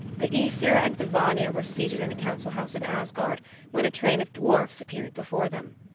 the aesir and the vanir were seated in the council house of asgard when a train of dwarfs appeared before them.